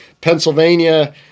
Pennsylvania